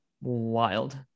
wild